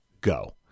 Go